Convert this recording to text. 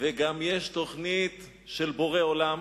וגם יש תוכנית של בורא עולם,